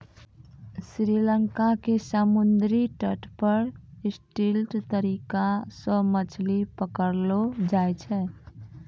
श्री लंका के समुद्री तट पर स्टिल्ट तरीका सॅ मछली पकड़लो जाय छै